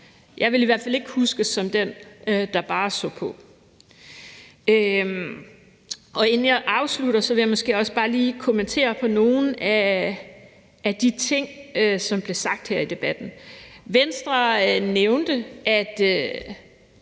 Jeg vil i hvert fald ikke huskes som den, der bare så på. Inden jeg afslutter, vil jeg måske også bare lige kommentere på nogle af de ting, som blev sagt her i debatten. Venstre nævnte, at